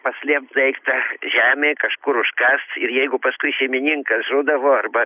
paslėpt daiktą žemėj kažkur užkast ir jeigu paskui šeimininkas žūdavo arba